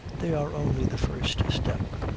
they are only the first step.